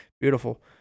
Beautiful